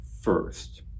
first